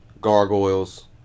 gargoyles